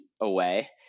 away